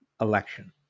election